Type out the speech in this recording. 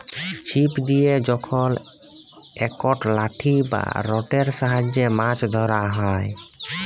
ছিপ দিয়ে যখল একট লাঠি বা রডের সাহায্যে মাছ ধ্যরা হ্যয়